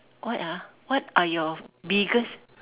what ah what are your biggest